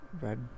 Red